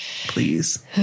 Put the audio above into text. please